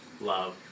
Love